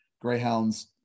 greyhounds